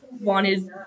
wanted